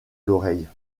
l’oreille